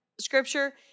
scripture